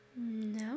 No